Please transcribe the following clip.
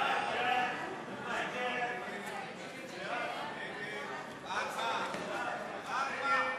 ההצעה להסיר מסדר-היום את הצעת חוק לתיקון פקודת מס הכנסה (פטור לתאגיד